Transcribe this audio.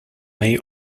may